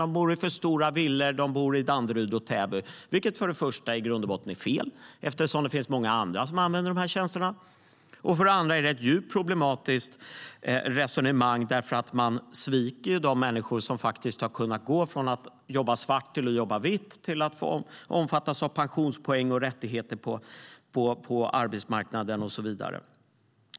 De bor i för stora villor i Danderyd och Täby, vilket är i grund och botten fel eftersom det för det första finns många andra som använder RUT-tjänsterna. För det andra är det ett djupt problematiskt resonemang därför att man sviker ju de människor som har kunnat gå från att jobba svart till att jobba vitt, till att omfattas av pensionspoäng och rättigheter på arbetsmarknaden och så vidare.